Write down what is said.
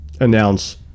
announce